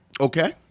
Okay